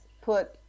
put